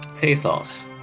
Pathos